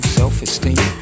self-esteem